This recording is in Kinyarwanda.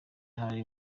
ahari